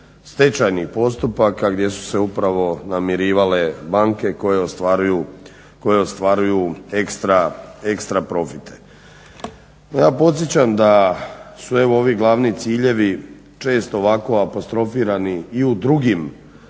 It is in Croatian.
stečajnih postupaka gdje su se upravo namirivale banke koje ostvaruju ekstra profite. Ja podsjećam da su evo ovi glavni ciljevi često ovako apostrofirani i u drugim